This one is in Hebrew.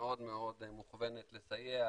מאוד מאוד מוכוונת לסייע,